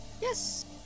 Yes